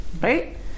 Right